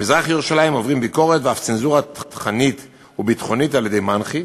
במזרח-ירושלים עוברים ביקורת ואף צנזורה תוכנית וביטחונית על-ידי מנח"י.